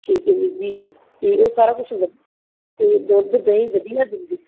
ਠੀਕ ਹੈ ਵੀਰ ਜੀ ਅਤੇ ਇਹ ਸਾਰਾ ਕੁਝ ਵਧੀ ਅਤੇ ਦੁੱਧ ਦਹੀਂ ਵਧੀਆ ਦਿੰਦੇ